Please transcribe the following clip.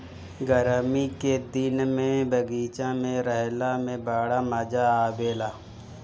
गरमी के दिने में बगीचा में रहला में बड़ा मजा आवेला